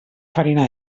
farina